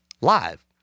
live